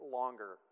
longer